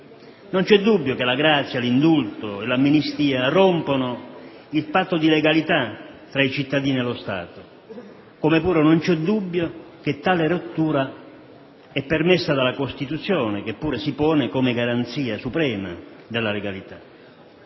Non c'è dubbio che la grazia, l'indulto e l'amnistia rompano il patto di legalità tra i cittadini e lo Stato, come pure non c'è dubbio che tale rottura sia permessa dalla Costituzione, che pure si pone come garanzia suprema della legalità.